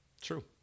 True